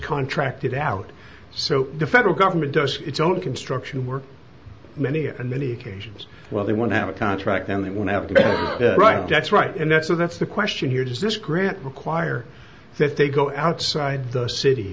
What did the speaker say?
contracted out so the federal government does its own construction work many are and many occasions well they want to have a contract and they want to right that's right and that's the that's the question here does this grant require that they go outside the city